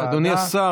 " אדוני השר,